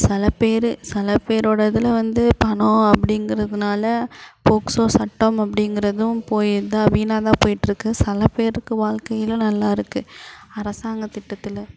சில பேர் சில பேரோடய இதில் வந்து பணம் அப்படிங்கறதுனால போக்ஸோ சட்டம் அப்படிங்கறதும் போய் இதாக வீணாக தான் போயிட்டிருக்குது சில பேருக்கு வாழ்க்கையில நல்லா இருக்குது அரசாங்கத் திட்டத்தில்